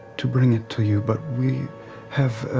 to bring it to you but we have